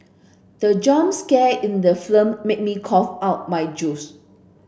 the jump scare in the film made me cough out my juice